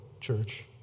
church